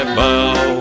bow